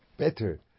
Better